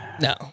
No